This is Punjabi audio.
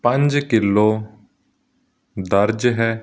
ਪੰਜ ਕਿੱਲੋ ਦਰਜ ਹੈ